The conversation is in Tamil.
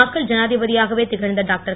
மக்கள் ஜனாதிபதியாகவே திகழ்ந்த டாக்டர்